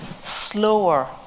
slower